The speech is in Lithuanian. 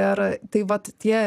ir tai vat tie